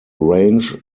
range